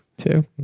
two